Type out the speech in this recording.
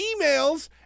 emails